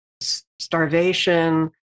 starvation